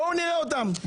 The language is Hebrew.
בואו נראה אותם.